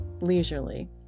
leisurely